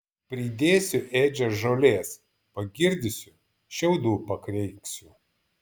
pridėsiu ėdžias žolės pagirdysiu šiaudų pakreiksiu